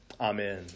Amen